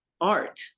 art